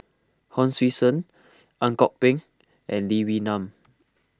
Hon Sui Sen Ang Kok Peng and Lee Wee Nam